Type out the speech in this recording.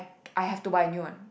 I have to buy a new one